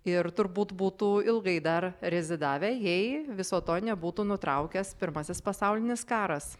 ir turbūt būtų ilgai dar rezidavę jei viso to nebūtų nutraukęs pirmasis pasaulinis karas